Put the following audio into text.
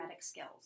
skills